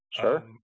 Sure